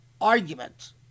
argument